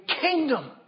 kingdom